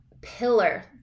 pillar